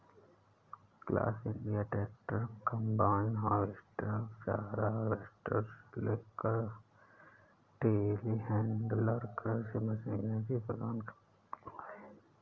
class India tractor, combine harvester, चारा harvester से लेकर टेलीहैंडलर कृषि मशीनरी प्रदान करता है